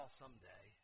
someday